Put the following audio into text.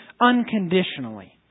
unconditionally